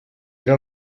era